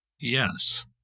Yes